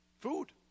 Food